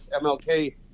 MLK